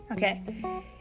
Okay